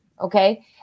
Okay